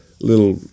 little